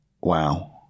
Wow